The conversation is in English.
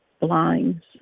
blinds